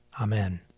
Amen